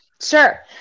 Sure